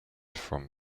from